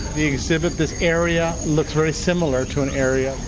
the exhibit, this area looks very similar to an area,